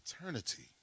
eternity